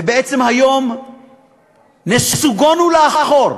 ובעצם היום נסוגונו לאחור.